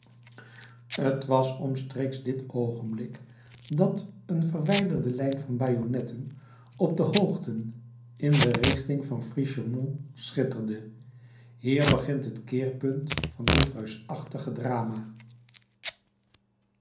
t was omstreeks dit oogenblik dat een verwijderde lijn van bajonetten op de hoogten in de richting van frischemont schitterde hier begint het keerpunt van dit reusachtige drama